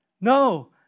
No